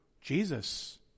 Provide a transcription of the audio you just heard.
Jesus